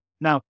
Now